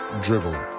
dribble